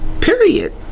Period